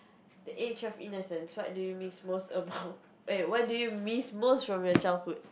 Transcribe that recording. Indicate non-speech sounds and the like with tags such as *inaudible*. the age of innocence what do you miss most about *laughs* eh what do you miss most about your childhood